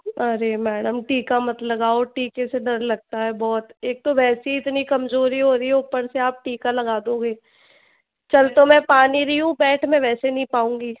अरे मैडम टीका मत लगाओ टीके से डर लगता है बहुत एक तो वैसे ही इतनी कमज़ोरी हो रही है ऊपर से आप टीका लगा दोगे चल तो मैं पा नहीं रही हूँ बैठ मैं वैसे नहीं पाऊँगी